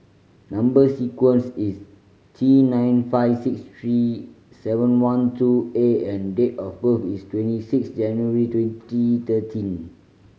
number sequence is T nine five six three seven one two A and date of birth is twenty six January twenty thirteen